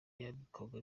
yambikwaga